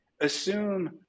Assume